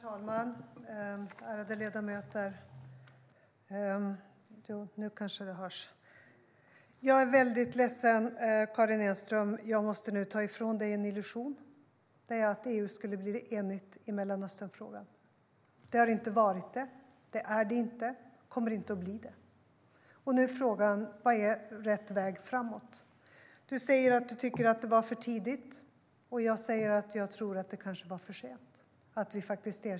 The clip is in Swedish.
Herr talman! Ärade ledamöter! Jag är väldigt ledsen över att jag nu måste ta ifrån Karin Enström en illusion, nämligen att EU skulle bli enigt i Mellanösternfrågan. Det har EU inte varit, det är det inte och det kommer det inte att bli. Nu är frågan vad som är rätt väg framåt. Karin Enström säger att hon tycker att det var för tidigt att erkänna Palestina. Jag säger att jag tror att det kanske var för sent.